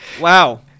Wow